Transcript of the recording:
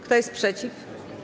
Kto jest przeciw?